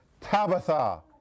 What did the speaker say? Tabitha